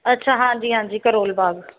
ਅੱਛਾ ਹਾਂਜੀ ਹਾਂਜੀ ਕਰੋਲ ਬਾਗ